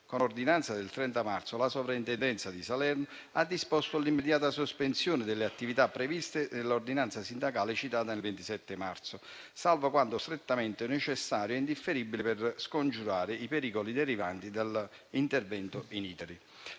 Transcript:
Con ordinanza del 30 marzo la Soprintendenza di Salerno ha disposto l'immediata sospensione delle attività previste nell'ordinanza sindacale citata del 27 marzo, salvo quanto strettamente necessario e indifferibile per scongiurare i pericoli derivanti dall'intervento *in itinere.*